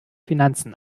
finanzen